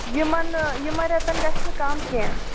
یِمَن یِمَن ریٚتَن گَژھِ نہٕ کَم کیٚنٛہہ